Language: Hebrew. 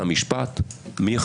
במקרה הזה, רואים את